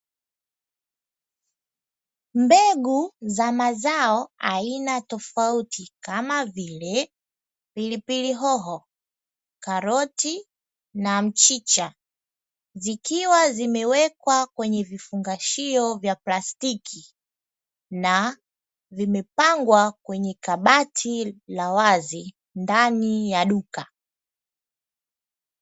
Mbegu za mazao aina tofauti kamavile pilipilihoho, karoti na mchicha zikiwa zimewekwa kwenye vifungashio vya plastiki na vimepangwa kwenye kabati la wazi ndani ya duka.